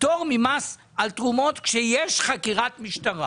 פטור ממס על תרומו ת כשיש חקירת משטרה